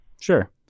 Sure